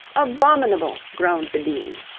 abominable, groaned the dean.